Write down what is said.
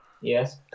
Yes